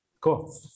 Cool